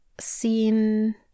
seen